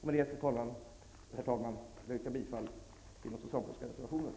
Med detta, herr talman, vill jag yrka bifall till den socialdemokratiska reservationenm.